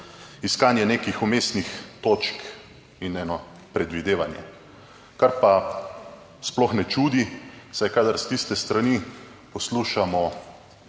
iskanje nekih vmesnih točk in eno predvidevanje, kar pa sploh ne čudi, saj kadar s tiste strani poslušamo